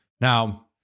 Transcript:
Now